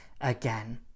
again